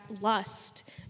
lust